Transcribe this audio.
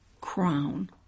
crown